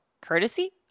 Courtesy